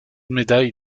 médaille